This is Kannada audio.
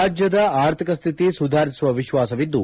ರಾಜ್ಯದ ಆರ್ಥಿಕ ಸ್ಥಿತಿ ಸುಧಾರಿಸುವ ವಿಶ್ವಾಸವಿದ್ದು